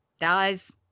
dies